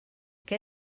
què